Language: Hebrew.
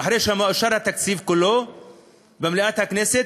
אחרי שמאושר התקציב כולו במליאת הכנסת,